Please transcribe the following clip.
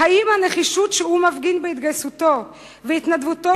האם הנחישות שהוא מפגין בהתגייסותו ובהתנדבותו